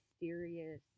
mysterious